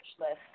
list